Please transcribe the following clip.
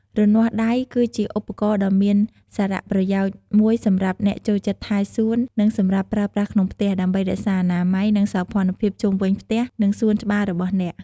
រនាស់ដៃគឺជាឧបករណ៍ដ៏មានសារៈប្រយោជន៍មួយសម្រាប់អ្នកចូលចិត្តថែសួន និងសម្រាប់ប្រើប្រាស់ក្នុងផ្ទះ ដើម្បីរក្សាអនាម័យ និងសោភ័ណភាពជុំវិញផ្ទះ និងសួនច្បាររបស់អ្នក។